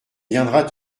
viendra